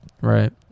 Right